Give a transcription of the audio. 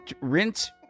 rinse